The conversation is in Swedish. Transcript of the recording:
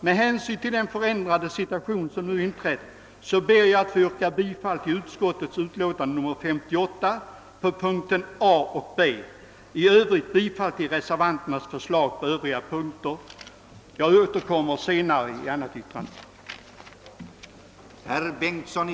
Med hänsyn till den förändrade situation som inträtt ber jag beträffande tredje lagutskottets utlåtande nr 58 att få yrka bifall till utskottets hemställan under punkterna A och B och i övrigt till reservationerna IT, XII, XII och XIV. Beträffande övriga utlåtanden, som behandlas i detta sammanhang, återkommer jag med yrkanden sedan utlåtandena föredragits.